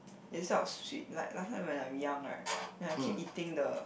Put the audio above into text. instead of sweet like last time when I'm young right then I keep eating the